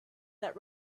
that